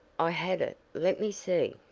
i had it let me see.